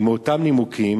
ומאותם נימוקים